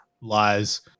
lies